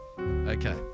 Okay